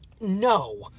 No